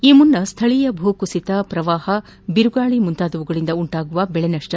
ಈ ಮುನ್ನ ಸ್ಥಳೀಯ ಭೂಕುಸಿತ ಪ್ರವಾಪ ಬಿರುಗಾಳಿ ಮುಂತಾದವುಗಳಿಂದ ಉಂಟಾಗುವ ಬೆಳೆ ನಷ್ಟ